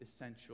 essential